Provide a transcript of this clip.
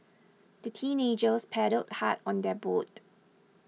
the teenagers paddled hard on their boat